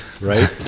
Right